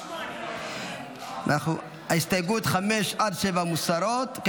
עכשיו 8. הסתייגויות 5 7 מוסרות.